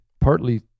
partly